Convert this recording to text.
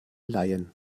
leihen